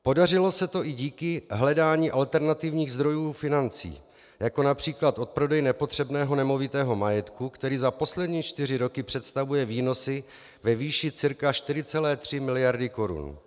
Podařilo se to i díky hledání alternativních zdrojů financí, jako např. odprodej nepotřebného nemovitého majetku, který za poslední čtyři roky představuje výnosy ve výši cca 4,3 mld. korun.